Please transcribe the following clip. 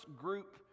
group